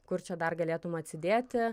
kur čia dar galėtum atsidėti